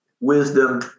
wisdom